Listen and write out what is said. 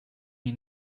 mir